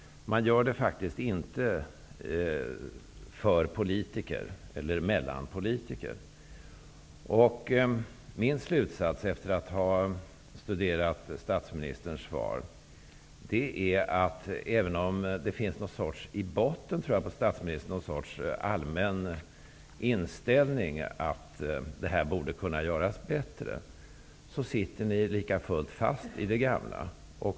Man gör det faktiskt inte för politiker eller mellan politiker. Min slutsats, efter att ha studerat statsministerns svar, är att även om det i botten finns någon sorts allmän inställning att detta borde kunna göras bättre, sitter ni likafullt fast i det gamla.